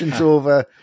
over